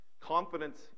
confidence